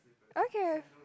okay